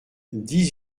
dix